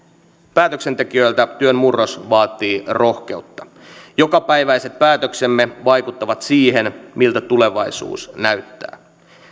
päätöksentekijöiltä työn murros vaatii rohkeutta jokapäiväiset päätöksemme vaikuttavat siihen miltä tulevaisuus näyttää